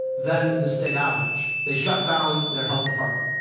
than the state average. they shut down their health department.